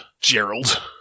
Gerald